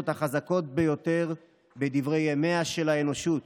החזקות ביותר בדברי ימיה של האנושות: